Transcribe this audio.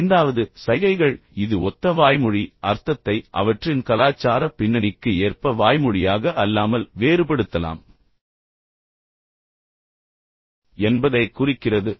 ஐந்தாவது சைகைகள் இது ஒத்த வாய்மொழி அர்த்தத்தை அவற்றின் கலாச்சார பின்னணிக்கு ஏற்ப வாய்மொழியாக அல்லாமல் வேறுபடுத்தலாம் என்பதைக் குறிக்கிறது